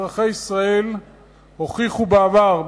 אזרחי ישראל הוכיחו בעבר,